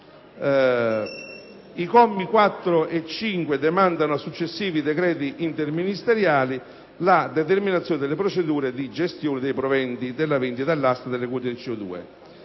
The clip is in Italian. I commi 4 e 5 demandano a successivi decreti interministeriali la determinazione delle procedure di gestione dei proventi della vendita all'asta delle quote di CO2.